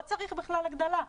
לא צריך בכלל הגדלה.